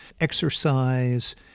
exercise